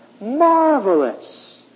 marvelous